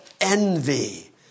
envy